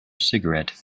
cigarette